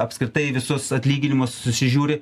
apskritai visus atlyginimus susižiūri